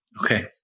Okay